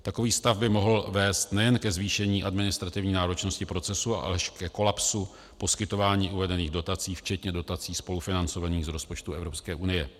Takový stav by mohl vést nejen ke zvýšení administrativní náročnosti procesu, ale až ke kolapsu poskytování uvedených dotací včetně dotací spolufinancovaných z rozpočtu Evropské unie.